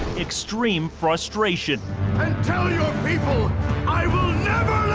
extreme frustration. and tell your people i will never